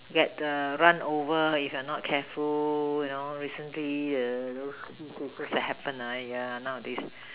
get err run over if you are not careful you know recently err those few cases that happen ah nowadays